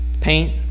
paint